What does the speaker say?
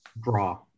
Draw